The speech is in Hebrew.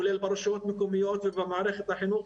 כולל הרשויות המקומיות ובמערכת החינוך.